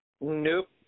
Nope